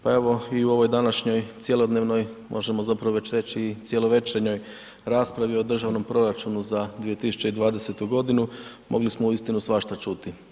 Pa evo i u ovoj današnjoj cjelodnevnoj možemo zapravo već reći i cjelovečernjoj raspravi o državnom proračunu za 2020. g., mogli smo uistinu svašta čuti.